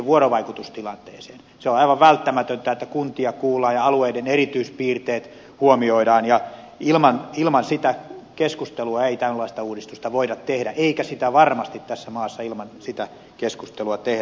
se on aivan välttämätöntä että kuntia kuullaan ja alueiden erityispiirteet huomioidaan ja ilman sitä keskustelua ei tällaista uudistusta voida tehdä eikä sitä varmasti tässä maassa ilman sitä keskustelua tehdä